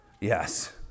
Yes